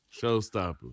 showstopper